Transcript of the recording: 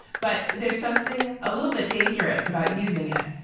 but there's something a little bit dangerous about using it.